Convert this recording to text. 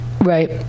right